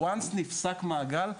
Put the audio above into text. ברגע שנפסק מעגל,